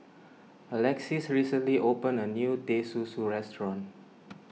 Alexis recently opened a new Teh Susu restaurant